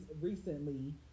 recently